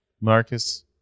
Marcus